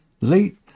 late